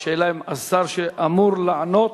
אבל השאלה אם השר שאמור לענות,